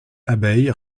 abeille